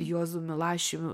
juozu milašium